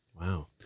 Wow